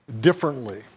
differently